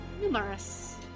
numerous